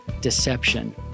Deception